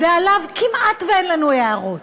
ועליו כמעט אין לנו הערות,